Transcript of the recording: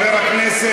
לפריג'?